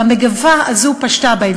המגפה הזאת פשתה בהם,